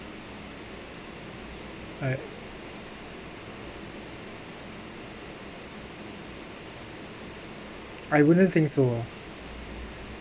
I I wouldn't think so ah